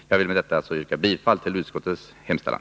Jag vill med detta yrka bifall till utskottets hemställan.